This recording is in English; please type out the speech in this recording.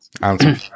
Answer